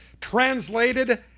Translated